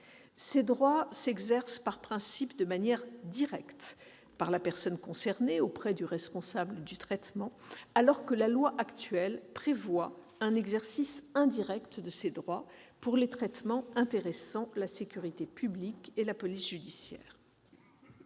Ces droits s'exercent par principe de manière directe par la personne concernée auprès du responsable de traitement, alors que la loi actuelle prévoit un exercice indirect de ces droits pour les traitements intéressant la sécurité publique et la police judiciaire.